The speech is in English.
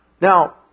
Now